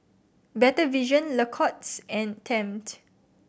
Better Vision Lacoste and Tempt